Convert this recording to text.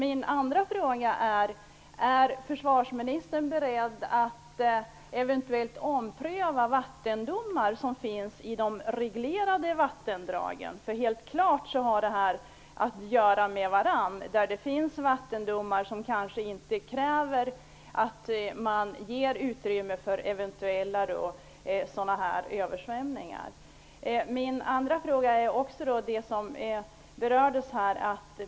En annan fråga gäller om försvarsministern är beredd att ompröva vattendomar som gäller de reglerade vattendragen. Helt klart har dessa saker med varandra att göra. I vissa vattendomar krävs inget utrymme för eventuella översvämningar. Jag vill också ta upp något som tidigare berördes här.